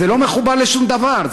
זה לא מחובר לשום דבר.